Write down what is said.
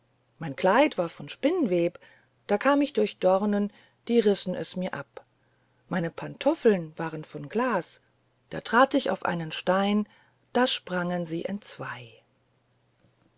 mein kleid war von spinnweb da kam ich durch dornen die rissen es mir ab meine pantoffel waren von glas da trat ich auf einen stein da sprangen sie entzwei